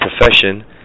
profession